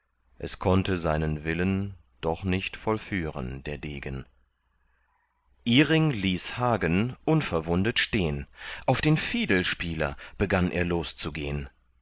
es konnte seinen willen doch nicht vollführen der degen iring ließ hagen unverwundet stehn auf den fiedelspieler begann er loszugehn